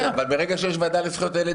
אבל ברגע שיש ועדה לזכויות הילד,